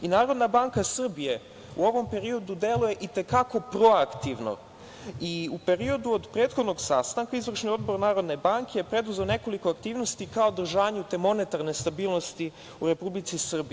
Narodna banka Srbije u ovom periodu deluje i te kako proaktivno i u periodu od prethodnog sastanka izvršni Odbor Narodne banke preduzeo je nekoliko aktivnosti ka održanju te monetarne stabilnosti u Republici Srbiji.